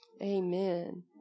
amen